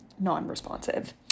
non-responsive